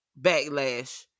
backlash